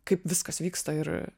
kaip viskas vyksta ir